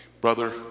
brother